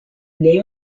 name